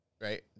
right